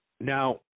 now